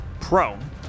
prone